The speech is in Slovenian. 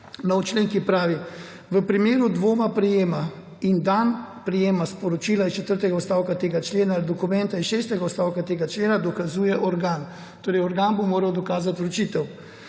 člen, ki pravi: »V primeru dvoma prejem in dan prejema sporočila iz četrtega odstavka tega člena ali dokumenta iz šestega odstavka tega člena dokazuje organ.« Torej, organ bo moral dokazati vročitev.